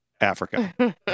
Africa